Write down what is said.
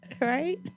right